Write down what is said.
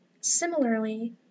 Similarly